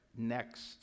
Next